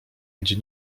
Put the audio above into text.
gdzie